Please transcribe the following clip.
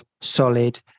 solid